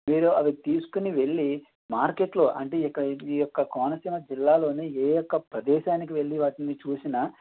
మీరు అవి తీసుకుని వెళ్ళి మార్కెట్లో అంటే ఈ యొక్క ఈ యొక్క కోనసీమ జిల్లాలోని ఏ యొక్క ప్రదేశానికి వెళ్ళి వాటిని చూసిన